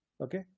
okay